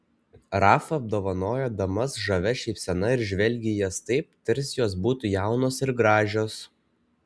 rafa apdovanojo damas žavia šypsena ir žvelgė į jas taip tarsi jos būtų jaunos ir gražios